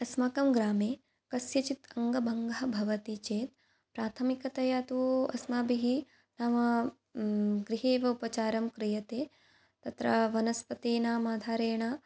अस्माकङ्ग्रामे कस्यचित् अङ्गभङ्ग भवति चेत् प्राथमिकतया तु अस्माभिः नाम गृहैव उपचारं क्रियते तत्र वनस्पतीनाम् आधारेण